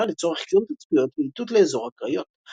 לצורך קיום תצפיות ואיתות לאזור הקריות.